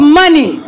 money